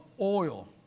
oil